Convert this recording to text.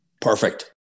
Perfect